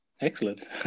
Excellent